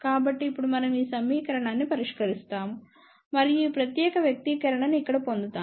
కాబట్టి ఇప్పుడు మనం ఆ సమీకరణాన్ని పరిష్కరిస్తాము మరియు ఈ ప్రత్యేక వ్యక్తీకరణను ఇక్కడ పొందుతాము